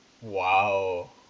Wow